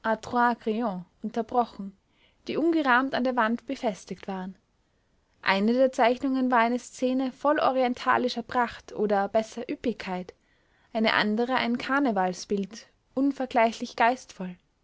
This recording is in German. unterbrochen die ungerahmt an der wand befestigt waren eine der zeichnungen war eine szene voll orientalischer pracht oder besser üppigkeit eine andere ein karnevalsbild unvergleichlich geistvoll